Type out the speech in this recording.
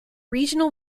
regional